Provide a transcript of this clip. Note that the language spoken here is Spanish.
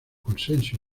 consenso